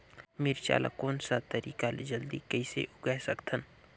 मिरचा ला कोन सा तरीका ले जल्दी कइसे उगाय सकथन?